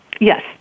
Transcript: Yes